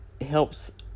helps